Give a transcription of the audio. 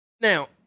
Now